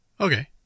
okay